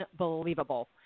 unbelievable